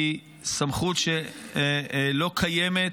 היא סמכות שלא קיימת,